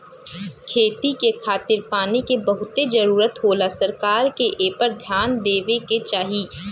खेती के खातिर पानी के बहुते जरूरत होला सरकार के एपर ध्यान देवे के चाही